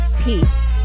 Peace